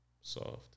soft